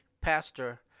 pastor